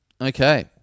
Okay